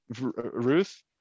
Ruth